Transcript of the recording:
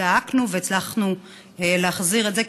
הזדעקנו והצלחנו להחזיר את זה,